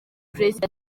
prezida